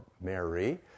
Mary